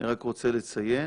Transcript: אני רק רוצה לציין